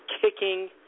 kicking